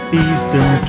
eastern